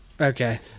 Okay